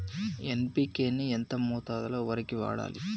NPK ని ఎంత మోతాదులో వరికి వాడాలి?